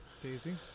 Daisy